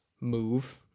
move